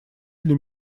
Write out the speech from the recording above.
для